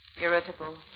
irritable